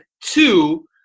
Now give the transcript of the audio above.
two